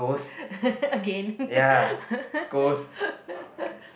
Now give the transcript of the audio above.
again